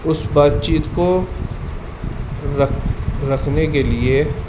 اس بات چیت کو رکھ رکھنے کے لیے